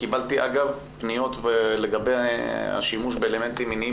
קיבלתי פניות לגבי השימוש באלמנטים מינים